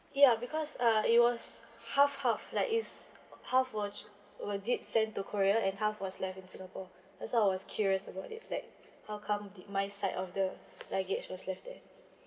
ya because uh it was half half like it's half was were did send to korea and half was left in singapore that's why I was curious about it like how come the my side of the luggage was left there